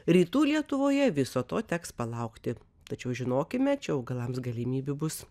rytų lietuvoje viso to teks palaukti tačiau žinokime čia augalams galimybių bus